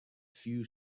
few